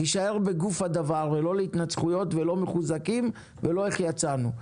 תישאר בגוף הדבר ולא להתנצחויות ולא מחוזקים ולא איך יצאנו,